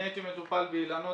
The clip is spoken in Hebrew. אני הייתי מטופל באילנות.